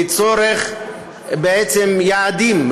ליעדים,